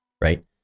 right